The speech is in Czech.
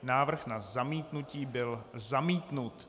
Návrh na zamítnutí byl zamítnut.